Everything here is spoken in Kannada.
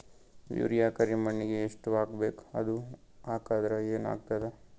ಯೂರಿಯ ಕರಿಮಣ್ಣಿಗೆ ಎಷ್ಟ್ ಹಾಕ್ಬೇಕ್, ಅದು ಹಾಕದ್ರ ಏನ್ ಆಗ್ತಾದ?